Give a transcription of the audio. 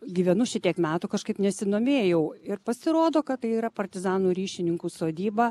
gyvenu šitiek metų kažkaip nesidomėjau ir pasirodo kad tai yra partizanų ryšininkų sodyba